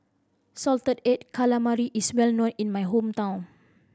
salted egg calamari is well known in my hometown